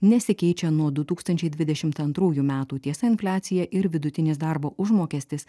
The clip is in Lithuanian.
nesikeičia nuo du tūkstančiai dvidešim antrųjų metų tiesa infliacija ir vidutinis darbo užmokestis